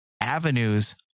avenues